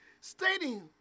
stating